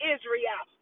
Israel